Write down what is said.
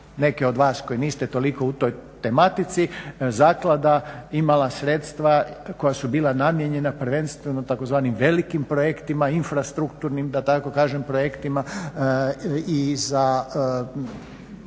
neke od vas koji niste toliko u toj tematici, zaklada imala sredstva koja su bila namijenjena prvenstveno tzv. velikim projektima, infrastrukturnim da tako kažem projektima i za